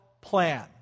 plan